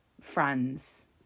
friends